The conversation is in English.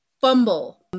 fumble